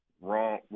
wrong